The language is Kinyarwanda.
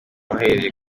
bahereye